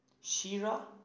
Shira